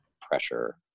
pressure